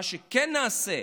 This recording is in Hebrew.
מה שכן נעשה,